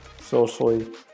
socially